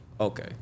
okay